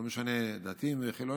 לא משנה אם הם דתיים או חילוניים,